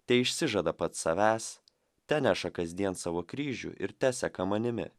teišsižada pats savęs teneša kasdien savo kryžių ir teseka manimi